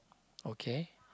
okay